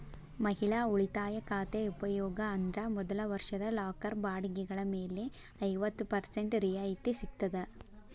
ಮಹಿಳಾ ಉಳಿತಾಯ ಖಾತೆ ಉಪಯೋಗ ಅಂದ್ರ ಮೊದಲ ವರ್ಷದ ಲಾಕರ್ ಬಾಡಿಗೆಗಳ ಮೇಲೆ ಐವತ್ತ ಪರ್ಸೆಂಟ್ ರಿಯಾಯಿತಿ ಸಿಗ್ತದ